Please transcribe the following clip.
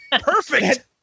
Perfect